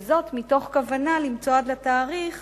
וזאת מתוך כוונה למצוא עד לתאריך